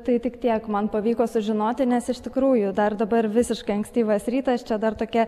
tai tik tiek man pavyko sužinoti nes iš tikrųjų dar dabar visiškai ankstyvas rytas čia dar tokia